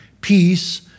peace